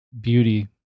beauty